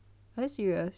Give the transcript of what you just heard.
are you serious